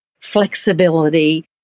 flexibility